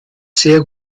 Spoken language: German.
sehr